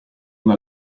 una